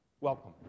Welcome